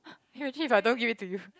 can imagine if I don't give it to you